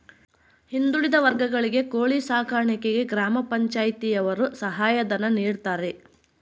ಹಿಂದುಳಿದ ವರ್ಗಗಳಿಗೆ ಕೋಳಿ ಸಾಕಾಣಿಕೆಗೆ ಗ್ರಾಮ ಪಂಚಾಯ್ತಿ ಯವರು ಸಹಾಯ ಧನ ನೀಡ್ತಾರೆ